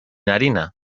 harina